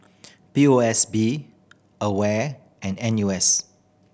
P O S B AWARE and N U S